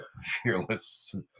fearless